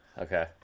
Okay